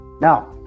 Now